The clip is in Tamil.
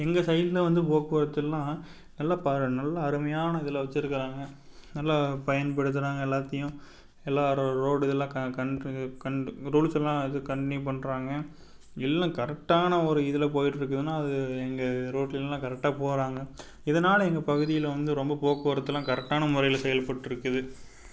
எங்கள் சைட்டில் வந்து போக்குவரத்துல்லாம் நல்லா பாராட்டணும் நல்லா அருமையான இதில் வச்சிருக்காங்க நல்லா பயன்படுத்துறாங்க எல்லாத்தையும் எல்லா ரோடு இதல்லாம் ரூல்ஸ் எல்லாம் இது கன்ட்னியூ பண்ணுறாங்க எல்லா கரெக்டான ஒரு இதில் போய்விட்டு இருக்குதுன்னா அது எங்கள் ரோட்லியல்லாம் கரெக்டாக போகறாங்க இதனால எங்கள் பகுதியில் வந்து ரொம்ப போக்குவரத்துலாம் கரெக்டான முறையில் செயல்பட்டுருக்குது